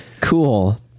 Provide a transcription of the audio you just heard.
Cool